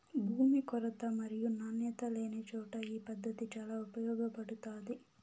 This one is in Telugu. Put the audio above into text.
భూమి కొరత మరియు నాణ్యత లేనిచోట ఈ పద్దతి చాలా ఉపయోగపడుతాది